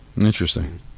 Interesting